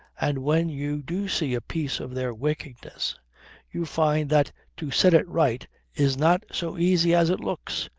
and when you do see a piece of their wickedness you find that to set it right is not so easy as it looks.